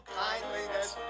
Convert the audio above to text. kindliness